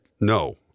no